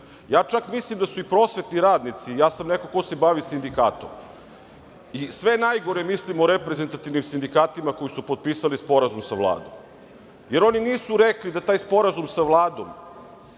čak mislim da su i prosvetni radnici, ja sam neko ko se bavi sindikatom i sve najgore mislim o reprezentativnim sindikatima koji su potpisali sporazum sa Vladom, jer oni nisu rekli da taj sporazum sa Vladom